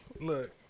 Look